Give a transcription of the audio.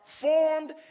formed